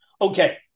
Okay